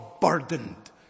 burdened